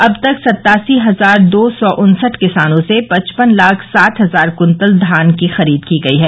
अब तक सत्तासी हजार दो सौ उन्सठ किसानों से पचपन लाख साठ हजार कुन्टल धान की खरीद की गई है